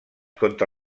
contra